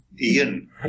Ian